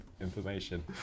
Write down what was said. information